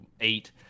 eight